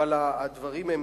אבל הדברים הם